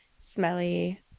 smelly